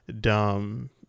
dumb